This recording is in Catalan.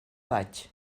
vaig